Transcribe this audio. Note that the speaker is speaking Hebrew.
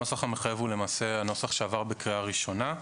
הנוסח המחייב הוא למעשה הנוסח שעבר בקריאה ראשונה.